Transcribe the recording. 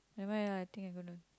never mind lah I think I gonna